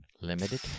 Limited